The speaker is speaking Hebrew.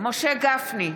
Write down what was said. משה גפני,